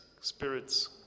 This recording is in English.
spirits